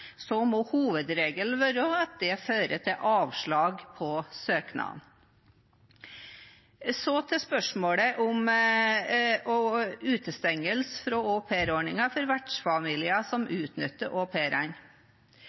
det fører til avslag på søknaden. Så til spørsmålet om utestengelse fra aupairordningen for vertsfamilier som